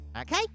okay